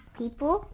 people